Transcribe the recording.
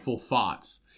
thoughts